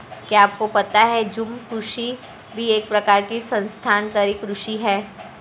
क्या आपको पता है झूम कृषि भी एक प्रकार की स्थानान्तरी कृषि ही है?